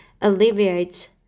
alleviate